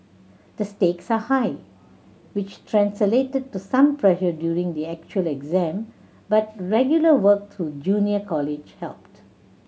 the stakes are high which translated to some pressure during the actual exam but regular work through junior college helped